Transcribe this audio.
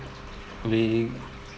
we